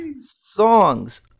Songs